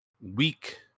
weak